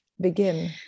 begin